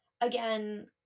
Again